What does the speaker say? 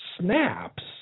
snaps